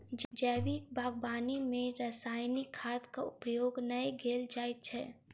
जैविक बागवानी मे रासायनिक खादक प्रयोग नै कयल जाइत छै